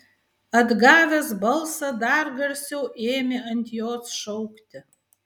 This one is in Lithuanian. atgavęs balsą dar garsiau ėmė ant jos šaukti